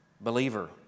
believer